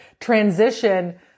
transition